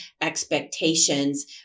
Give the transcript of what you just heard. expectations